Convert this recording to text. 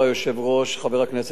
חבר הכנסת זחאלקה,